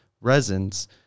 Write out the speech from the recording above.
resins